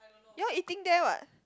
you all eating there what